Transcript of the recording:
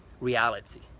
reality